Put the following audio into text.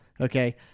okay